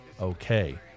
okay